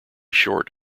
short